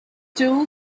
two